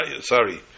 sorry